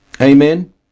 Amen